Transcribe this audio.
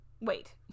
wait